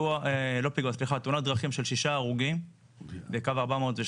זו תאונת דרכים של שישה הרוגים בקו 402,